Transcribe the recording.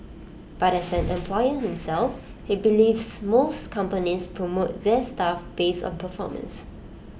but as an employer himself he believes most companies promote their staff based on performance